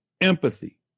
empathy